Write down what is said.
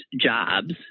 jobs